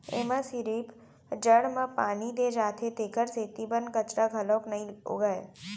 एमा सिरिफ जड़ म पानी दे जाथे तेखर सेती बन कचरा घलोक नइ उगय